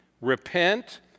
repent